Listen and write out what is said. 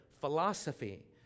philosophy